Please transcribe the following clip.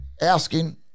asking